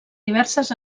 diverses